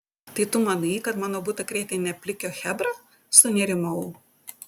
tai tu manai kad mano butą krėtė ne plikio chebra sunerimau